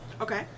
Okay